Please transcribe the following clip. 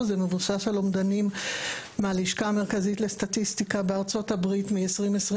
זה מבוסס על אומדנים מהלשכה המרכזית לסטטיסטיקה בארצות הברית מ-2022.